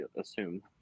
assume